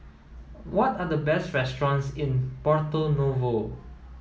what are the best restaurants in Porto Novo